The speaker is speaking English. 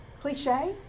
cliche